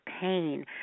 pain